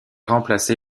remplacé